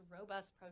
robust